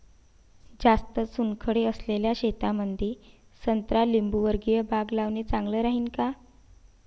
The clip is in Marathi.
जास्त चुनखडी असलेल्या शेतामंदी संत्रा लिंबूवर्गीय बाग लावणे चांगलं राहिन का?